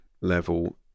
level